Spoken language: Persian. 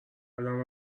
قدم